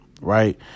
right